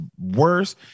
worse